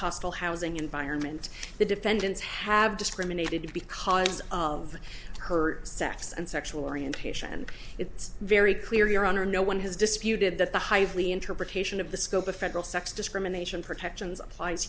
hostile housing environment the defendants have discriminated because of her sex and sexual orientation and it's very clear your honor no one has disputed that the highly interpretation of the scope of federal sex discrimination protections applies